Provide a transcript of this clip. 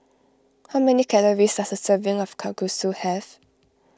how many calories does a serving of Kalguksu have